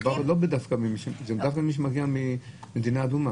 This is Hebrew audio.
מדובר במי שמגיע ממדינה אדומה.